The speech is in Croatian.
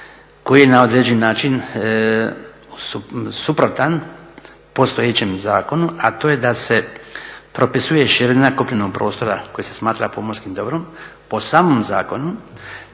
koji je na određeni način suprotan postojećem zakonu, a to je da se propisuje širina kopnenog prostora koje se smatra pomorskim dobrom po samom zakonu